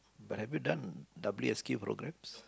but have you done W_S_Q programs